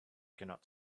cannot